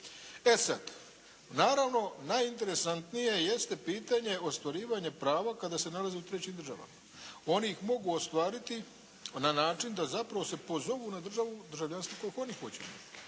E sada, naravno najinteresantnije jeste pitanje ostvarivanja prava kada se nalazi u trećim državama. Oni ih mogu ostvariti na način da zapravo se pozovu na državu, državljanstvo koje oni hoće,